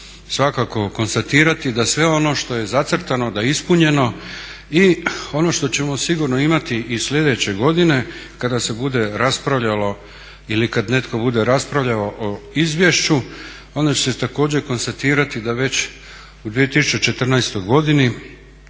svakako konstatirati da sve ono što je zacrtano da je ispunjeno. I ono što ćemo sigurno imati i sljedeće godine kada se bude raspravljalo ili kad netko bude raspravljao o izvješću onda će se također konstatirati da već u 2014. godini